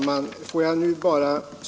Herr talman!